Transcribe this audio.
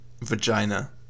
vagina